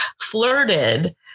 flirted